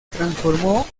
transformó